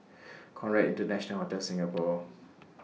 Conrad International Hotel Singapore